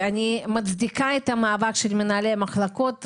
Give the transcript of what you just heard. אני מצדיקה את המאבק של מנהלי המחלקות,